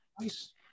nice